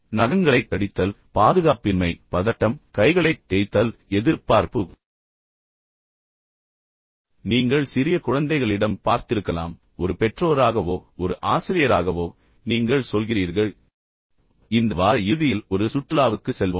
நகங்களைக் கடித்தல் பாதுகாப்பின்மை பதட்டம் கைகளைத் தேய்த்தல் எதிர்பார்ப்பு எனவே நீங்கள் சிறிய குழந்தைகளிடம் சொல்லும்போது பார்த்திருக்கலாம் ஒரு பெற்றோராகவோ அல்லது ஒரு ஆசிரியராகவோ நீங்கள் சொல்கிறீர்கள் ஓ இந்த வார இறுதியில் ஒரு சுற்றுலாவுக்குச் செல்வோம்